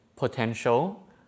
potential